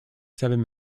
seven